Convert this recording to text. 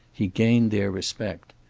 he gained their respect.